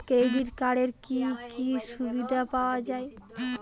Credit কার্ডের কি কি সুবিধা পাওয়া যায়?